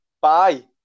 Bye